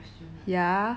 what